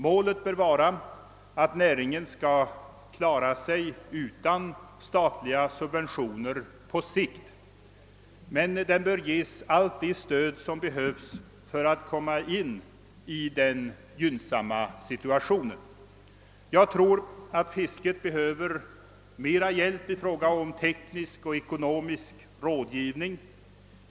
Målet bör vara att nä ringen skall klara sig utan statliga subventioner på sikt. Den bör dock ges allt det stöd som behövs för att komma in i denna gynnsamma situation. Jag tror att fisket behöver mera hjälp med teknisk och ekonomisk rådgivning.